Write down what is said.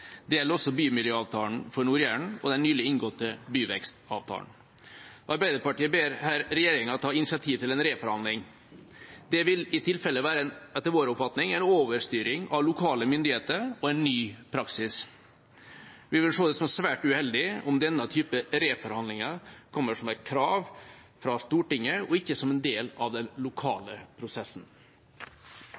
Det gjelder også Bymiljøpakken for Nord-Jæren og den nylig inngåtte byvekstavtalen. Arbeiderpartiet ber her regjeringa ta initiativ til en reforhandling. Det vil i tilfelle være en etter vår oppfatning overstyring av lokale myndigheter og en ny praksis. Vi vil se det som svært uheldig om denne type reforhandlinger kommer som et krav fra Stortinget, og ikke som en del av den lokale prosessen.